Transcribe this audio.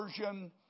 version